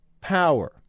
power